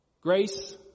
Grace